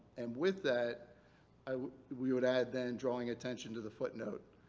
and with that we would add then drawing attention to the footnote